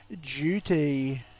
Duty